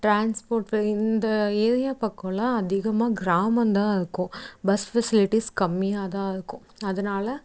transport இந்த area பக்கம்லாம் அதிகமாக கிராமம் தான் இருக்கும் பஸ் ஃபெசிலிட்டிஸ் கம்மியாகதான் இருக்கும் அதனால்